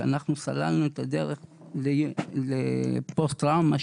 כשאנחנו סללנו את הדרך לפוסט טראומה,